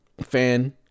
fan